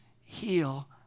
heal